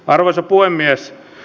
arvoisa puhemies